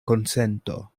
konsento